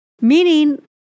Meaning